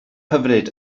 hyfryd